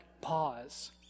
pause